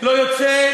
תקשיב,